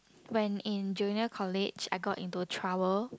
when in junior college I got into trouble